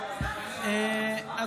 בבקשה.